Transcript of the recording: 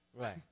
Right